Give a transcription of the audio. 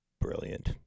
Brilliant